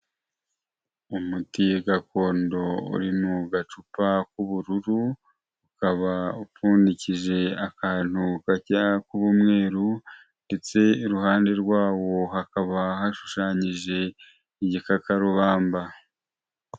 Umuti gakondo uri mu gacupa k'ubururu, ukaba upfundikije akantu karya kuba umweru ndetse iruhande rwawo hakaba hashushanyije igikakarubamba.